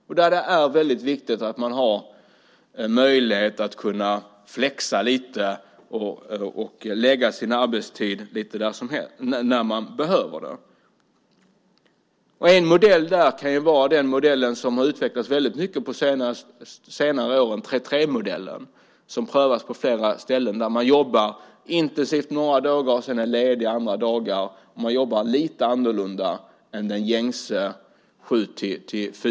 Där är det väldigt viktigt att ha möjlighet att flexa lite grann och att lägga arbetstiden så som man behöver kunna göra. En modell kan vara den modell som under senare år har utvecklats väldigt mycket, 3:3-modellen som prövats på flera ställen. Man jobbar intensivt några dagar. Sedan är man ledig några dagar. Man jobbar lite annorlunda jämfört med gängse arbetstid från kl. 7 till kl.